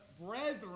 brethren